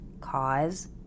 cause